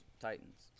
Titans